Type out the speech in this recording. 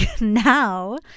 now